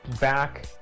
back